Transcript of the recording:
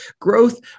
growth